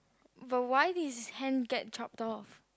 but why did his hand get chopped off